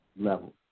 level